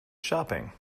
shopping